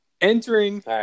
Entering